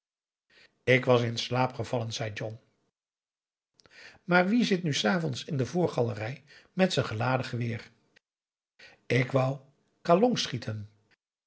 ik was in slaap gevallen zei john maar wie zit nu s avonds in de voorgalerij met n geladen geweer p a